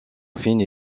fines